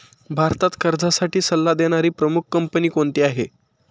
भारतात कर्जासाठी सल्ला देणारी प्रमुख कंपनी कोणती आहे?